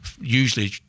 usually